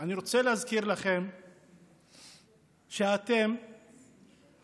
אני רוצה להזכיר לכם שאתם מתהדרים